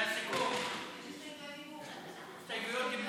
זה הסתייגויות דיבור.